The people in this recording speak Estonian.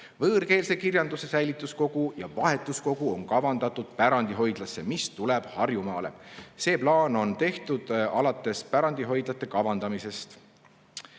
Võõrkeelse kirjanduse säilituskogu ja vahetuskogu on kavandatud pärandihoidlasse, mis tuleb Harjumaale. See plaan on tehtud alates pärandihoidlate kavandamisest.